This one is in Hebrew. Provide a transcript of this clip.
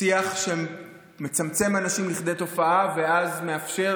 שיח שמצמצם אנשים לכדי תופעה ואז מאפשר